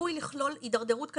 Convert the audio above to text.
צפוי לכלול התדרדרות כלכלית,